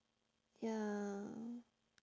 ya